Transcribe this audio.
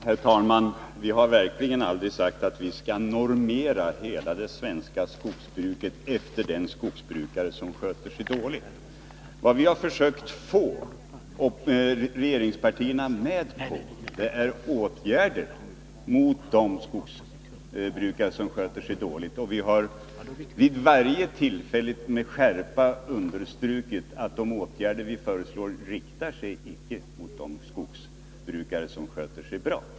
Herr talman! Vi har verkligen aldrig sagt att vi skall normera hela det svenska skogsbruket efter den skogsbrukare som sköter sig dåligt. Vad vi har försökt få regeringspartierna att gå med på är åtgärder mot de skogsbrukare som sköter sig dåligt, men vi har vid varje tillfälle med skärpa understrukit att de åtgärder vi föreslår inte riktar sig mot de skogsbrukare som sköter sig bra.